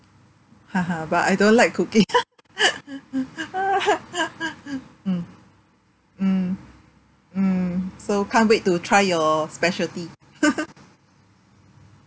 haha but I don't like cooking mm mm mm so can't wait to try your specialty